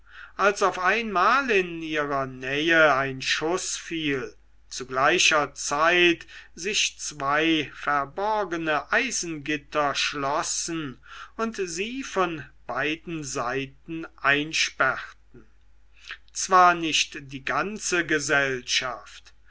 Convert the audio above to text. als auf einmal in ihrer nähe ein schuß fiel zu gleicher zeit sich zwei verborgene eisengitter schlossen und sie von beiden seiten einsperrten zwar nicht die ganze gesellschaft